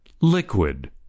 liquid